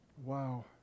Wow